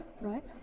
right